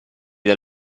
dal